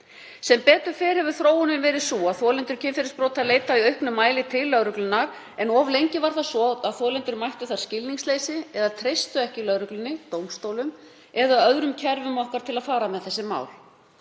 Sem betur fer hefur þróunin verið sú að þolendur kynferðisbrota leita í auknum mæli til lögreglunnar, en of lengi var það svo að þolendur mættu þar skilningsleysi eða treystu ekki lögreglunni, dómstólum eða öðrum kerfum okkar til að fara með þessi mál.